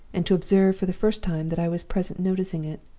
and to observe for the first time that i was present noticing it.